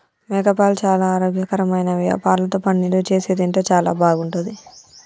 మేకపాలు చాలా ఆరోగ్యకరమైనవి ఆ పాలతో పన్నీరు చేసి తింటే చాలా బాగుంటది